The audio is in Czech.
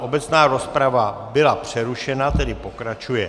Obecná rozprava byla přerušena, tedy pokračuje.